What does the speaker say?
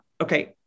Okay